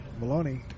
Maloney